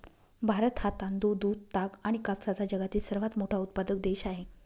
भारत हा डाळी, तांदूळ, दूध, ताग आणि कापसाचा जगातील सर्वात मोठा उत्पादक देश आहे